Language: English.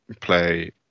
play